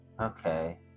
okay